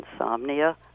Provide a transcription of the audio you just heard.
insomnia